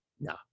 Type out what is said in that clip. no